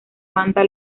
banda